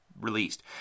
released